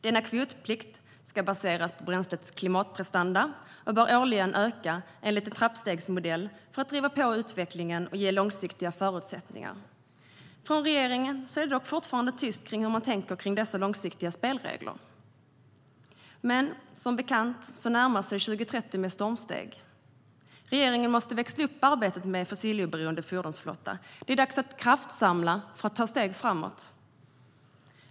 Denna kvotplikt ska baseras på bränslets klimatprestanda och bör årligen öka enligt en trappstegsmodell, för att vi ska driva på utvecklingen och ge långsiktiga förutsättningar. Från regeringen är det fortfarande tyst i fråga om hur man tänker kring dessa långsiktiga spelregler. Men som bekant närmar sig 2030 med stormsteg. Regeringen måste växla upp arbetet med en fossiloberoende fordonsflotta. Det är dags att kraftsamla för att ta steg framåt.